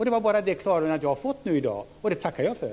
Det klargörandet har jag nu fått, och det tackar jag för.